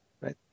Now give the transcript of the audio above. right